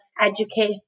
educate